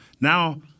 now